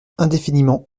indéfiniment